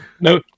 no